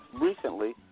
recently